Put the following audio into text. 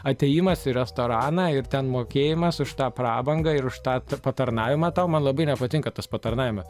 atėjimas į restoraną ir ten mokėjimas už tą prabangą ir už tą patarnavimą tau man labai nepatinka tas patarnavimas